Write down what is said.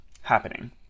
happening